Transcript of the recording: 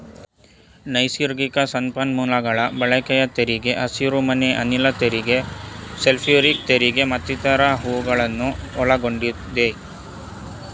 ನೈಸರ್ಗಿಕ ಸಂಪನ್ಮೂಲಗಳ ಬಳಕೆಯ ತೆರಿಗೆ, ಹಸಿರುಮನೆ ಅನಿಲ ತೆರಿಗೆ, ಸಲ್ಫ್ಯೂರಿಕ್ ತೆರಿಗೆ ಮತ್ತಿತರ ಹೂಗಳನ್ನು ಒಳಗೊಂಡಿದೆ